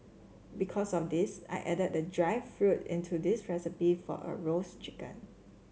because of this I added the dried fruit into this recipe for a roast chicken